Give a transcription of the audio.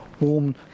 Warm